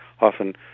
often